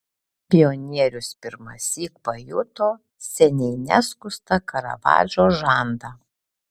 pionierius pirmąsyk pajuto seniai neskustą karavadžo žandą